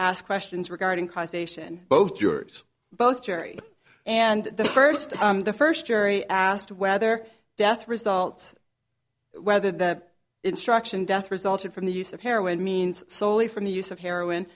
asked questions regarding causation both yours both cherry and the first the first jury asked whether death results whether the instruction death resulted from the use of heroin means solely from the use of heroin